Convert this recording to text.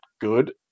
good